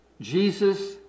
Jesus